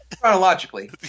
Chronologically